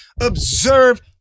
Observe